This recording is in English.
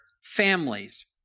families